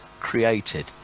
created